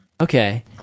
Okay